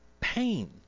pain